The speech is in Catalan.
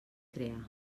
crear